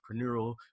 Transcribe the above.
entrepreneurial